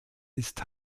ist